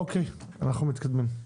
אוקיי אנחנו מתקדמים.